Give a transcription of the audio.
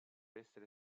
essere